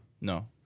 No